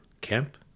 Camp